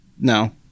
no